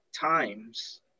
times